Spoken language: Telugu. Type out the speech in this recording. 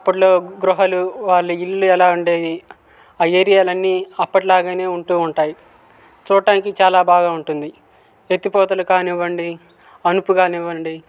అప్పట్లో గృహాలు వాళ్ళ ఇల్లు ఎలా ఉండేవి ఆ ఏరియాలన్ని అప్పటిలాగానే ఉంటూ ఉంటాయి చూడడానికి చాలా బాగా ఉంటుంది ఎత్తిపోతలు కానివ్వండి అనుపు కానివ్వండి